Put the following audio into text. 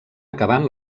acabant